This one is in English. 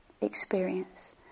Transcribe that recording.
experience